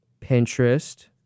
Pinterest